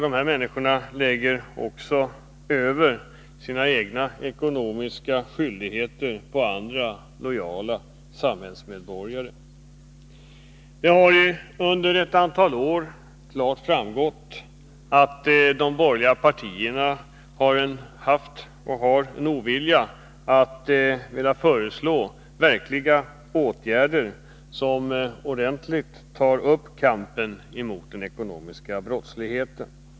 Dessa människor lägger över sina egna ekonomiska skyldigheter på andra, lojala samhällsmedborgare. Det har under ett antal år klart framgått att de borgerliga partierna har varit ovilliga att föreslå verkningsfulla åtgärder, åtgärder som ordentligt tar upp kampen mot den ekonomiska brottsligheten.